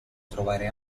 trovare